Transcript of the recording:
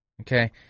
Okay